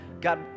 God